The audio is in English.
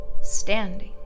standing